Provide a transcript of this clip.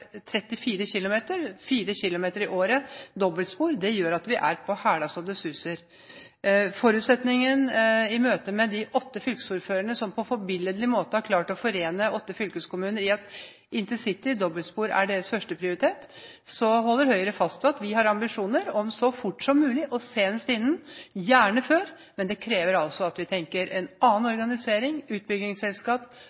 34 km; 4 km dobbeltspor i året gjør at vi er «på hæla» så det suser! I møte med de åtte fylkesordførerne, som på en forbilledlig måte har klart å forene åtte fylkeskommuner i å ha intercity dobbeltspor som første prioritet, holder Høyre fast på ambisjonen om så fort som mulig og senest innen 2030, men gjerne før. Men det krever at vi tenker en annen